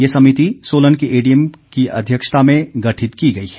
ये समिति सोलन के एडीएम की अध्यक्षता में गठित की गई है